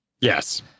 yes